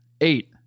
Eight